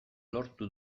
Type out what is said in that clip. lortu